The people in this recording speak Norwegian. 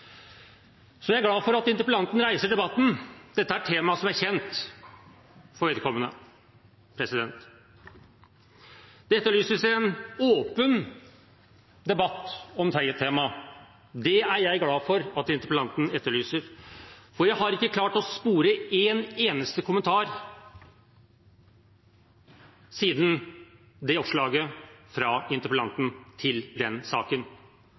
jeg er glad for at interpellanten reiser debatten. Dette er tema som er kjent for vedkommende. Det etterlyses en åpen debatt om temaet. Det er jeg glad for at interpellanten etterlyser. For jeg har ikke klart å spore en eneste kommentar fra interpellanten til den saken han var ansvarlig for, siden det oppslaget.